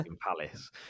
palace